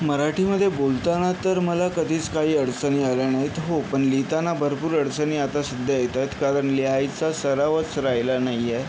मराठीमध्ये बोलताना तर मला कधीच काही अडचणी आल्या नाहीत हो पण लिहिताना भरपूर अडचणी आता सध्या येतात कारण लिहायचा सरावच राहिला नाही आहे